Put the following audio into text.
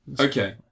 Okay